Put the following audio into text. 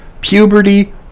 puberty